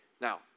Now